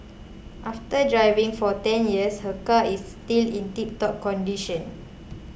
after driving for ten years her car is still in tiptop condition